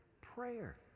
Prayer